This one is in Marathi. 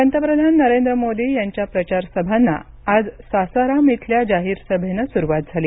पंतप्रधान नरेंद्र मोदी यांच्या प्रचारसभांना आज सासाराम इथल्या जाहीर सभेनं सुरुवात झाली